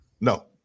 No